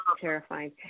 terrifying